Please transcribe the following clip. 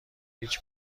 هیچ